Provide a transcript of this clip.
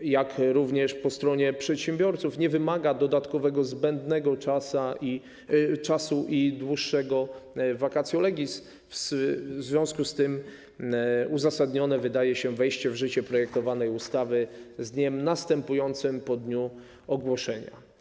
jak i po stronie przedsiębiorców, nie wymaga dodatkowego, zbędnego czasu i dłuższego vacatio legis, w związku z czym uzasadnione wydaje się wejście w życie projektowanej ustawy z dniem następującym po dniu ogłoszenia.